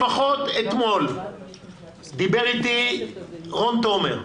לפחות אתמול דיבר אתי רון תומר.